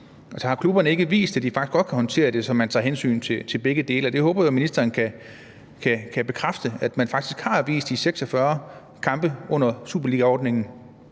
Har klubberne ikke vist, at de faktisk godt kan håndtere det, så man tager hensyn til begge dele? Jeg håber, at ministeren kan bekræfte, at man faktisk har vist det med de 46 kampe under superligaordningen,